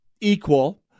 equal